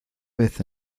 vez